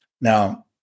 Now